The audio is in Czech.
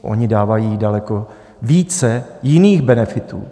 Oni dávají daleko více jiných benefitů.